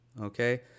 Okay